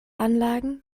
anlagen